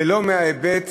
ולא מההיבט